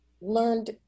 learned